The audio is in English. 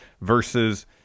versus